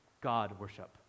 God-worship